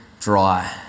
dry